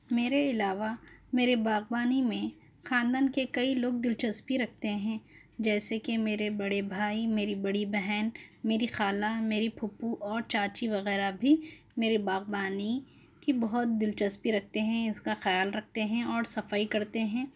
میرے علاوہ میرے باغبانی میں خاندن کے کئی لوگ دلچسپی رکھتے ہیں جیسے کہ میرے بڑے بھائی میری بڑی بہن میری خالہ میری پھوپھو اور چاچی وغیرہ بھی میرے باغبانی کی بہت دلچسپی رکھتے ہیں اِس کا خیال رکھتے ہیں اور صفائی کرتے ہیں